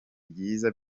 byiza